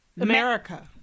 America